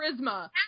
charisma